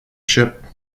ship